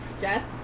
Jess